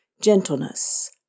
gentleness